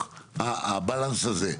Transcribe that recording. הבלנס הזה,